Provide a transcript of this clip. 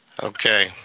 Okay